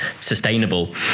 sustainable